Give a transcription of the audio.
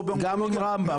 גם עם רמב"ם,